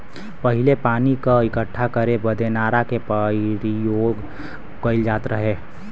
पहिले पानी क इक्कठा करे बदे नारा के परियोग कईल जात रहे